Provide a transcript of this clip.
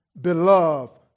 beloved